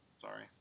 sorry